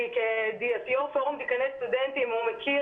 כי כיו"ר פורום דיקני סטודנטים הוא מכיר